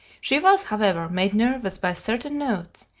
she was, however, made nervous by certain notes,